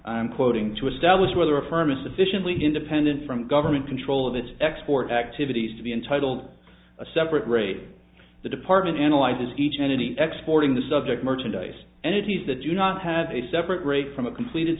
i'm quoting to establish whether a firm a sufficiently independent from government control of its export activities to be entitled a separate rate the department analyzes each entity export in the subject merchandise and it is that do not have a separate rate from a completed